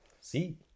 See